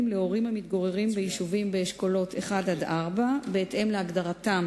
להורים המתגוררים ביישובים באשכולות 4-1 בהתאם להגדרתם